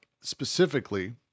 specifically